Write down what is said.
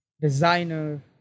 designer